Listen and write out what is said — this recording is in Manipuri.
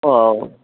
ꯑꯣ